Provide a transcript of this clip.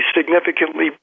significantly